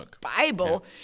Bible